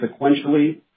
sequentially